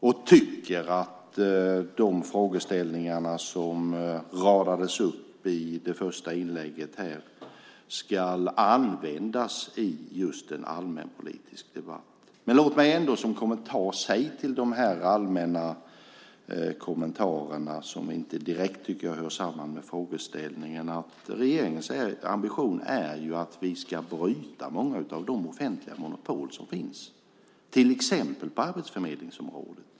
Jag tycker att de frågor som radades upp i det första inlägget här ska användas just i en allmänpolitisk debatt. Låt mig ändå med anledning av de här allmänna kommentarerna, som jag inte tycker direkt hör samman med frågorna, säga att regeringens ambition är att bryta många av de offentliga monopol som finns till exempel på arbetsförmedlingsområdet.